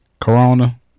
corona